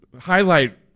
highlight